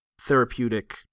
therapeutic